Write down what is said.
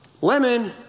lemon